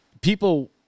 people